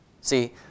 See